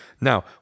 Now